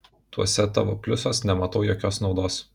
tuose tavo pliusuos nematau jokios naudos